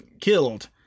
killed